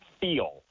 feel